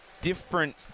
different